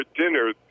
dinner